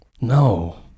No